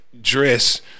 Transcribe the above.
dress